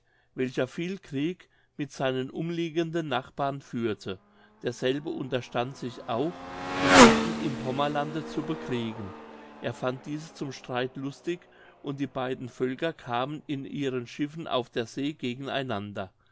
welcher viel krieg mit seinen umliegenden nachbarn führte derselbe unterstand sich auch die wenden im pommerlande zu bekriegen er fand diese zum streite lustig und die beiden völker kamen in ihren schiffen auf der see